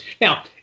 now